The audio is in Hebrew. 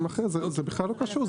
זה בכלל לא קשור,